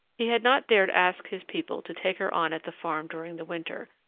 he had not dared ask his people to take her on at the farm during the winter,